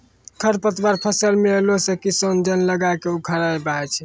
खरपतवार फसल मे अैला से किसान जन लगाय के उखड़बाय छै